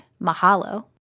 Mahalo